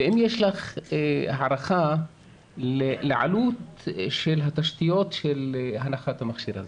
והאם יש לך הערכה לעלות של התשתיות של הנחת המכשיר הזה?